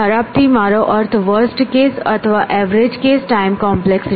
ખરાબ થી મારો અર્થ વર્સ્ટ કેસ અથવા એવરેજ કેસ ટાઈમ કોમ્પ્લેક્સિટી છે